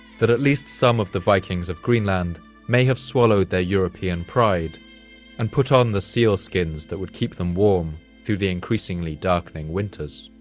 that at least some of the vikings of greenland may have swallowed their european pride and put on the seal skins that would keep them warm through the increasingly darkening winters.